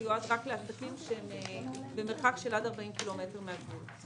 מיועד רק לעסקים שהם במרחק עד 40 קילומטר מן הגבול.